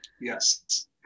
Yes